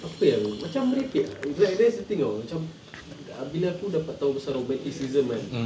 apa yang macam merepek ah like that's the thing [tau] macam bila aku dapat tahu pasal romanticism kan